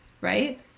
right